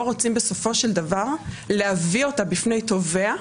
רוצים בסופו של דבר להביא אותה בפני תובע,